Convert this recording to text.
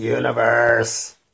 universe